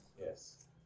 Yes